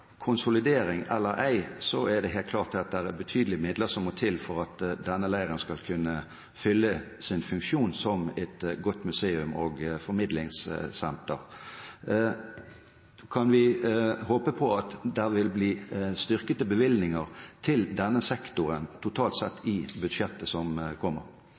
Konsolidering eller ei er det helt klart at det er betydelige midler som må til for at denne leiren skal kunne fylle sin funksjon som et godt museum og formidlingssenter. Kan vi håpe på at det vil bli styrkede bevilgninger til denne sektoren totalt sett i budsjettet som kommer?